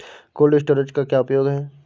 Cold storage का क्या उपयोग है?